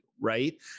right